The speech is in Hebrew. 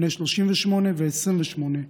בני 38 ו-28,